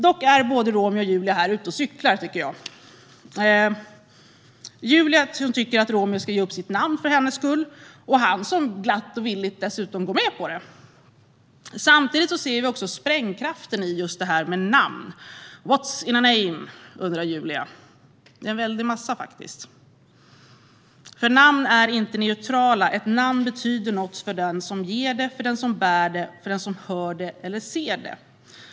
Dock är både Romeo och Julia här ute och cyklar, tycker jag - Julia, som tycker att Romeo ska ge upp sitt namn för hennes skull, och han, som glatt och villigt dessutom går med på det. Samtidigt ser vi sprängkraften i just detta med namn. "What's in a name?" undrar Julia - ja, en väldig massa, faktiskt. Namn är nämligen inte neutrala. Ett namn betyder något för den som ger det, för den som bär det och för den som hör det eller ser det.